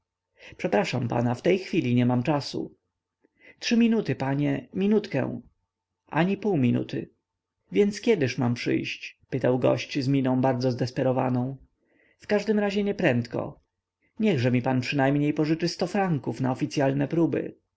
przepraszam pana w tej chwili nie mam czasu trzy minuty panie minutkę ani pół minuty więc kiedyż mam przyjść pytał gość z miną bardzo zdesperowaną w każdym razie nieprędko niechże mi pan przynajmniej pożyczy sto franków na oficyalne próby